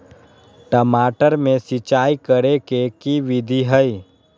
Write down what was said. टमाटर में सिचाई करे के की विधि हई?